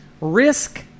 Risk